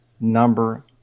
number